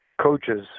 coaches